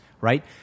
right